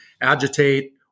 agitate